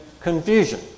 confusion